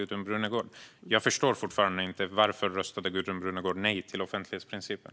Jag förstår fortfarande inte varför Gudrun Brunegård röstade nej till offentlighetsprincipen.